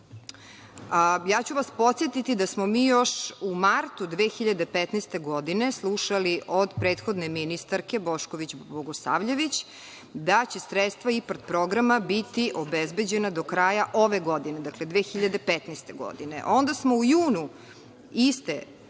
unazad. Podsetiću vas da smo mi još u martu 2015. godine slušali od prethodne ministarke, Bošković Bogosavljević, da će sredstva IPARD programa biti obezbeđena do kraja ove godine, dakle, 2015. godine.